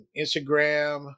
Instagram